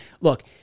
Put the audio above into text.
look